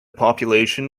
population